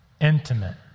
intimate